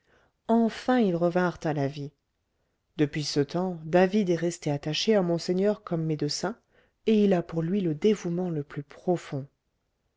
enfin ils revinrent à la vie depuis ce temps david est resté attaché à monseigneur comme médecin et il a pour lui le dévouement le plus profond